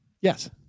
Yes